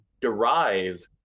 derive